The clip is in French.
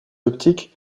optique